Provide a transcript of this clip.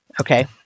Okay